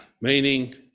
Meaning